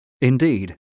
Indeed